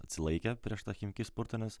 atsilaikė prieš tą chimki spurtą nes